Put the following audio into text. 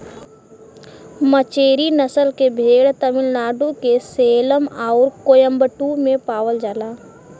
मचेरी नसल के भेड़ तमिलनाडु के सेलम आउर कोयम्बटूर में पावल जाला